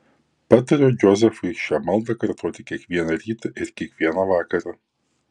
patariau džozefui šią maldą kartoti kiekvieną rytą ir kiekvieną vakarą